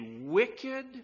wicked